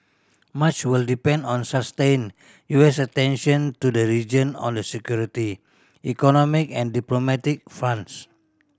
much will depend on sustained U S attention to the region on the security economic and diplomatic fronts